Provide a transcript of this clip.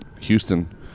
Houston